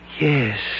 Yes